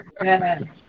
Amen